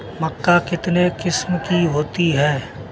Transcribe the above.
मक्का कितने किस्म की होती है?